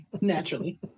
naturally